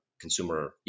consumer